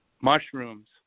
mushrooms